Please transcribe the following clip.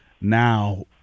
now